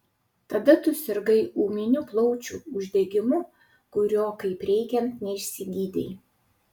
tada tu sirgai ūminiu plaučių uždegimu kurio kaip reikiant neišsigydei